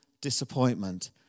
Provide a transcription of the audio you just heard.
disappointment